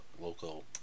local